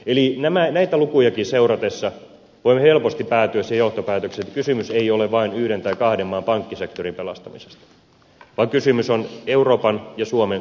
eli näitä lukujakin seuratessa voimme helposti päätyä siihen johtopäätökseen että kysymys ei ole vain yhden tai kahden maan pankkisektorin pelastamisesta vaan kysymys on euroopan ja suomen talouden vakaudesta